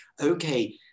Okay